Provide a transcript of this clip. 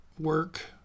work